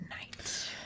Night